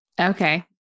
Okay